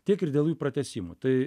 tiek ir dėl jų pratęsimų tai